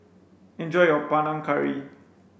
enjoy your Panang Curry